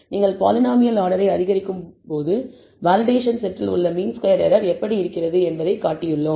நீங்கள் பாலினாமியல் ஆர்டரை அதிகரிக்கும்போது வேலிடேஷன் செட்டில் உள்ள மீன் ஸ்கொயர்ட் எரர் எப்படி இருக்கிறது என்பதைக் காட்டியுள்ளோம்